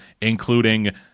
including